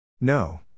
No